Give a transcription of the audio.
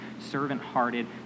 servant-hearted